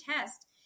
test